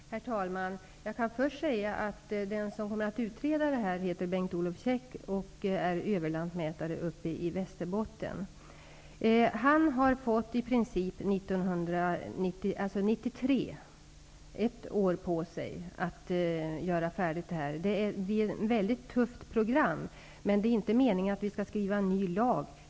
Herr talman! Jag kan först säga att den som kommer att utreda det här heter Bengt-Olof Käck och är överlantmätare i Västerbotten. Han har fått i princip ett år på sig att göra utredningen färdig. Det är ett tufft program, men det är inte meningen att vi skall skriva en ny lag.